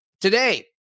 Today